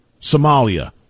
Somalia